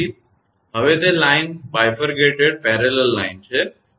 હવે તે લાઈન દ્વિભાજિત સમાંતર લાઇન છે